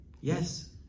Yes